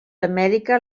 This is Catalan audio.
amèrica